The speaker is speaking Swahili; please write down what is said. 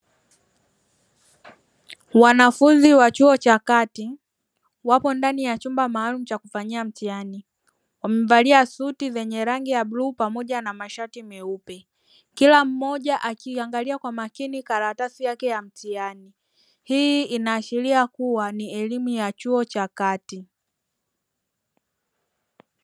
Mwanafunzi wa chuo cha kati wapo ndani ya chumba maalumu cha kufanyia mtihani wamevalia suti zenye rangi ya bluu pamoja na mashati meupe kila mmoja akiangalia kwa makini karatasi yake ya mtihani, hii inaashiria kuwa ni elimu ya chuo cha kati.